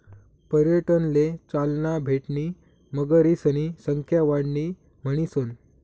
पर्यटनले चालना भेटणी मगरीसनी संख्या वाढणी म्हणीसन